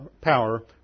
power